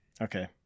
Okay